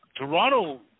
Toronto